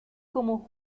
como